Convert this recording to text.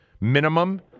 minimum